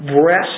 breast